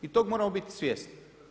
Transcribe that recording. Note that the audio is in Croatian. I tog moramo biti svjesni.